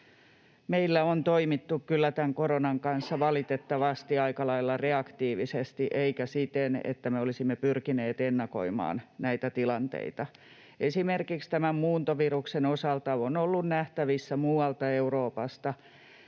meillä on toimittu kyllä tämän koronan kanssa valitettavasti aika lailla reaktiivisesti eikä siten, että me olisimme pyrkineet ennakoimaan näitä tilanteita. Esimerkiksi tämän muuntoviruksen osalta on ollut nähtävissä muualta Euroopasta,